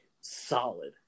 solid